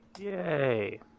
Yay